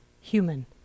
human